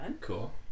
Cool